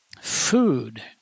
Food